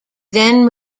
then